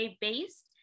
based